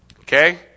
Okay